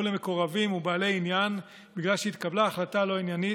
למקורבים ובעלי עניין בגלל שהתקבלה החלטה לא עניינית,